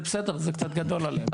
זה בסדר, זה קצת גדול עליהם...